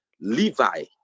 Levi